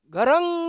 Garang